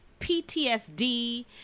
PTSD